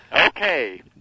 Okay